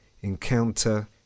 encounter